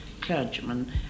clergyman